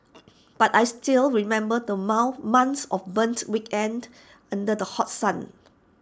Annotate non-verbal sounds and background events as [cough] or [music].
but I still remember the [unintelligible] months of burnt weekends under the hot sun